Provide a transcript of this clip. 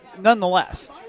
nonetheless